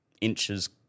inches